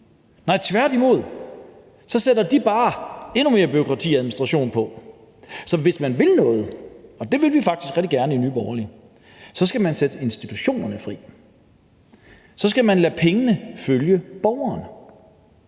Tværtimod sætter de bare endnu mere bureaukrati og administration på. Så hvis man vil noget, og det vil vi faktisk rigtig gerne i Nye Borgerlige, skal man sætte institutionerne fri, og så skal man lade pengene følge borgerne